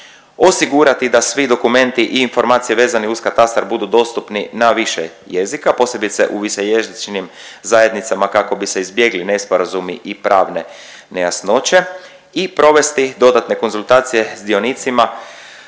Osigurati da svi dokumenti i informacije vezani uz katastar budu dostupni na više jezika posebice u višejezičnim zajednicama kako bi se izbjegli nesporazumi i pravne nejasnoće i provesti dodatne konzultacije s dionicima